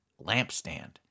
lampstand